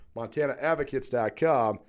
MontanaAdvocates.com